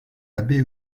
abbé